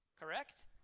correct